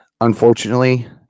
unfortunately